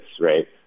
right